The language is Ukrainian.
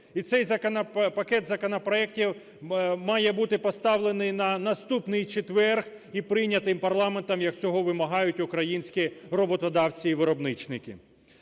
І цей пакет законопроектів має бути поставлений на наступний четвер і прийнятий парламентом, як цього вимагають українські роботодавці і виробничники.